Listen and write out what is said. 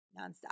nonstop